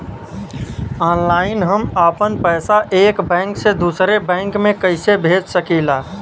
Online हम आपन पैसा एक बैंक से दूसरे बैंक में कईसे भेज सकीला?